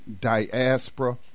diaspora